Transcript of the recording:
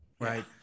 right